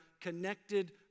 connected